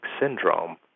syndrome